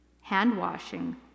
hand-washing